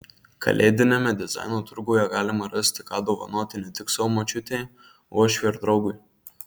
kalėdiniame dizaino turguje galima rasti ką dovanoti ne tik savo močiutei uošviui ar draugui